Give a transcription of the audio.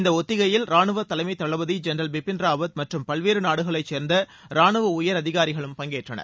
இந்த ஒத்திகையில் ரானுவத் தலைமைத் தளபதி ஜெனரல் பிபின் ராவத் மற்றும் பல்வேறு நாடுகளைச் சேர்ந்த ராணுவ உயர் அதிகாரிகளும் பங்கேற்றனர்